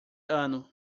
ano